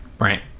Right